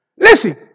Listen